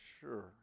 sure